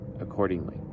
accordingly